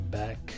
back